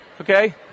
Okay